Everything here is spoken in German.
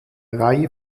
reihe